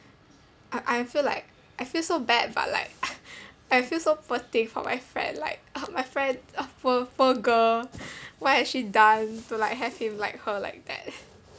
I'm I'm feel like I feel so bad but like I feel so poor thing for my friend like uh my friend uh poor poor girl what has she done to like have him like her like that